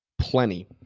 Plenty